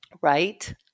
Right